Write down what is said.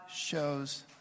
shows